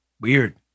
Weird